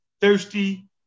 Thirsty